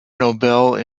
noble